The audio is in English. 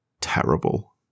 terrible